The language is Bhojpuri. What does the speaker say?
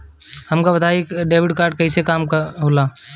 हमका बताई कि डेबिट कार्ड से कईसे काम होला?